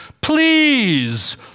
Please